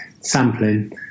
sampling